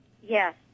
Yes